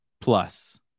plus